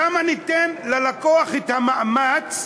למה ניתן ללקוח את המאמץ,